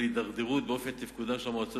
שהוביל להידרדרות באופן תפקודן של המועצות